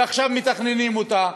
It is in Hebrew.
ועכשיו מתכננים אותה,